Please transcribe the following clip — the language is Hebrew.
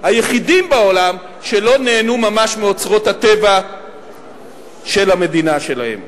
היחידים בעולם שלא נהנו ממש מאוצרות הטבע של המדינה שלהם.